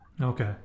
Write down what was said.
okay